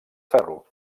ferro